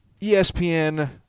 ESPN